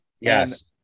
Yes